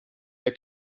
der